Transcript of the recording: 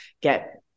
get